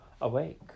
Awake